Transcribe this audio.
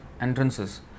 entrances